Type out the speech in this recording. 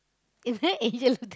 is there